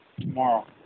tomorrow